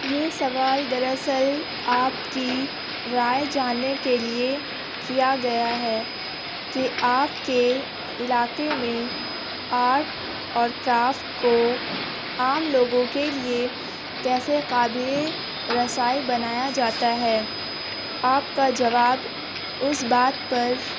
یہ سوال دراصل آپ کی رائے جاننے کے لیے کیا گیا ہے کہ آپ کے علاقے میں آرٹ اور کرافٹ کو عام لوگوں کے لیے کیسے قابل رسائی بنایا جاتا ہے آپ کا جواب اس بات پر